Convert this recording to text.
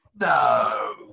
No